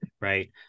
right